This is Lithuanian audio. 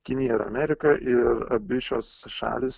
kinija ir amerika ir abi šios šalys